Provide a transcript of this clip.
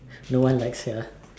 no one like sia